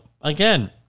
again